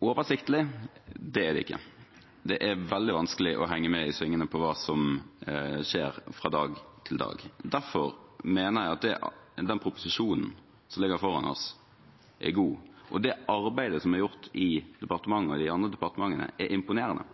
oversiktlig, det er det ikke. Det er veldig vanskelig å henge med i svingene på hva som skjer fra dag til dag. Derfor mener jeg at den proposisjonen som ligger foran oss, er god, og det arbeidet som er gjort i departementet og i de andre departementene, er imponerende.